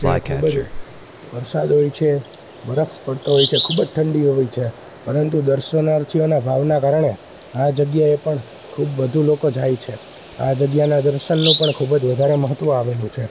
ત્યાં ખૂબ જ વરસાદ હોય છે બરફ પડતો હોય છે ખૂબ જ ઠંડી હોય છે પરંતુ દર્શનાર્થીઓના ભાવના કારણે આ જગ્યાએ પણ ખૂબ વધુ લોકો જાય છે આ જગ્યાના દર્શનનું પણ ખૂબ જ વધારે મહત્વ આવેલું છે